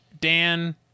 Dan